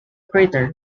crater